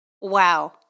Wow